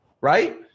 Right